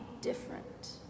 different